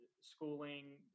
Schooling